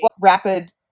Rapid